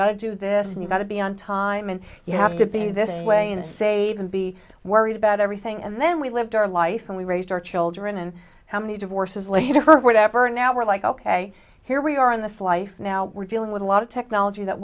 got to do this and you've got to be on time and you have to be this way and save and be worried about everything and then we lived our life and we raised our children and how many divorces later for whatever and now we're like ok here we are in this life now we're dealing with a lot of technology that